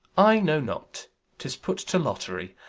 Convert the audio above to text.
i know not tis put to lott'ry.